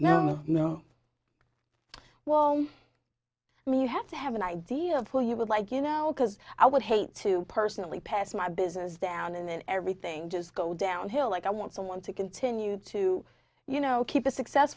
no no no well i mean you have to have an idea of who you would like you know because i would hate to personally pass my business down and then everything just go downhill like i want someone to continue to you know keep